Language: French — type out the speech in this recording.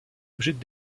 objets